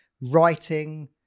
writing